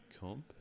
comp